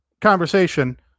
conversation